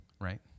right